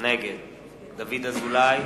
נגד דוד אזולאי,